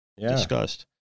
discussed